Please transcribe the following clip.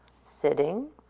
sitting